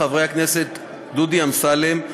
חברי הכנסת דודי אמסלם,